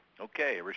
Okay